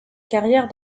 carrière